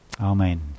Amen